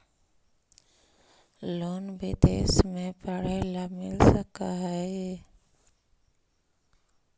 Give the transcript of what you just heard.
Loan विदेश में पढ़ेला मिल सक हइ?